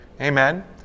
Amen